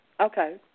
Okay